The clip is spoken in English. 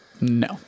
No